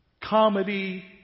Comedy